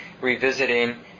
revisiting